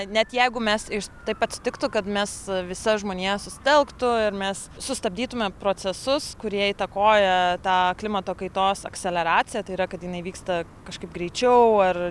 net jeigu mes iš taip atsitiktų kad mes visa žmonija susitelktų ir mes sustabdytume procesus kurie įtakoja tą klimato kaitos akceleraciją tai yra kad jinai vyksta kažkaip greičiau ar